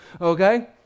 Okay